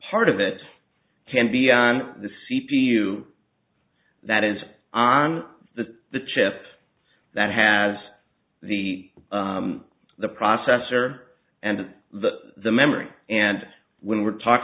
part of it can be on the c p u that is on the the chip that has the the processor and the the memory and when we're talk